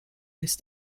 ist